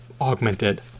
augmented